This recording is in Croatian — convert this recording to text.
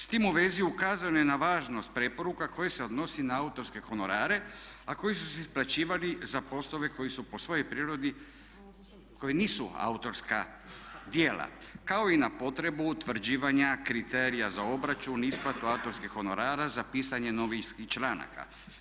S tim u vezi ukazano je na važnost preporuka koje se odnosi na autorske honorare, a koji su se isplaćivali za poslove koji su po svojoj prirodi, koji nisu autorska djela kao i na potrebu utvrđivanja kriterija za obračun, isplatu autorskih honorara, za pisanje novinskih članaka.